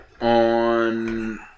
on